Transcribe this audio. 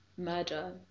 murder